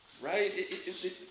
Right